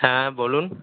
হ্যাঁ বলুন